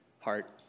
heart